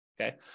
okay